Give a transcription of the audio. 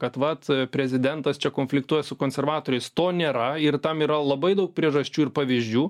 kad vat prezidentas čia konfliktuoja su konservatoriais to nėra ir tam yra labai daug priežasčių ir pavyzdžių